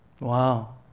Wow